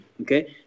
okay